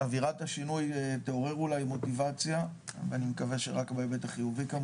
שאווירת השינוי תעורר אולי מוטיבציה ואני מקווה שרק בהיבט החיובי כמובן.